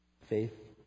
faith